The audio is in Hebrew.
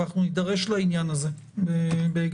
אבל אנחנו נידרש לעניין הזה בהקדם.